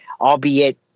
albeit